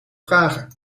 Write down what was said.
vragen